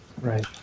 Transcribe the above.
Right